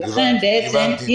בעצם,